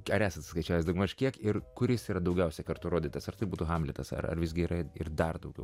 ar esat skaičiavęs daugmaž kiek ir kuris yra daugiausiai kartų rodytas ar tai būtų hamletas ar ar visgi yra ir dar daugiau